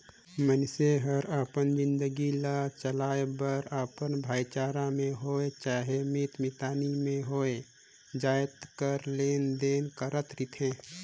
मइनसे हर अपन जिनगी ल चलाए बर अपन भाईचारा में होए चहे मीत मितानी में होए जाएत कर लेन देन करत रिथे